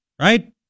right